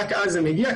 רק אז זה מגיע.